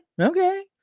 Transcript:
Okay